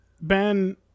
Ben